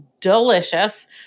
delicious